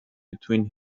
between